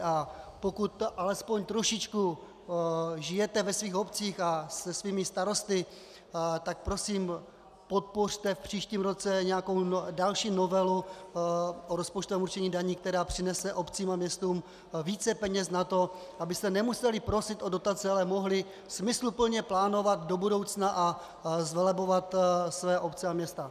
A pokud alespoň trošičku žijete ve svých obcích a se svými starosty, tak prosím podpořte v příštím roce nějakou další novelu o rozpočtovém určení daní, která přinese obcím a městům více peněz na to, abyste nemuseli prosit o dotace, ale mohli smysluplně plánovat do budoucna a zvelebovat své obce a města.